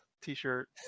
t-shirt